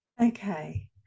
Okay